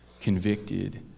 convicted